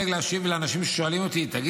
לאנשים ששואלים אותי: תגיד לי,